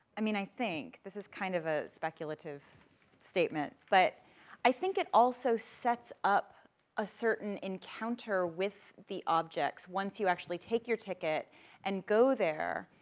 i mean, i think, this is kind of a speculative statement, but i think it also sets up a certain encounter with the objects, once you actually take your ticket and go there,